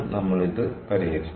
നമ്മൾ ഇത് പരിഹരിച്ചു